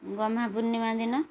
ଗହ୍ମାପୂର୍ଣ୍ଣିମା ଦିନ